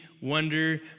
wonder